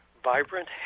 vibrant